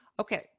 Okay